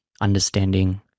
understanding